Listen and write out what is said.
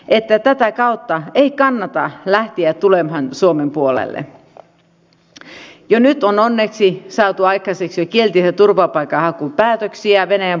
hallituksen lainsäädännön valmistelu ei ole perustunut puolueettomaan tiedonkäyttöön asiantuntijoiden näkemyksiä on väheksytty ja päätöksien vaikutuksia ei ole arvioitu kunnolla